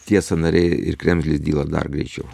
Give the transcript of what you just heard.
tie sąnariai ir kremzlės dyla dar greičiau